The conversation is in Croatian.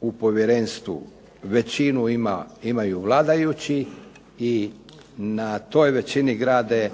u povjerenstvu većinu imaju vladajući i na toj većini grade